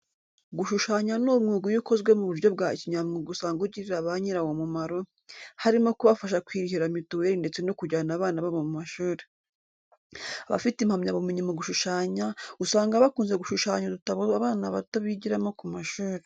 Gushushanya ni umwuga iyo ukozwe mu buryo bwa kinyamwuga usanga ugirira ba nyirawo umumaro, harimo kubasha kwirihira mituwere ndetse no kujyana abana babo mu ma shuri. Abafite impamyabumyenyi mu gushushanya, usanga bakunze gushushanya udutabo abana bato bigiramo ku mashuri.